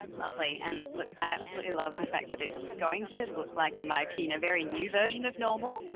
lovely and look, i absolutely love the fact that it's going to look like in my opinion, a very new version of normal.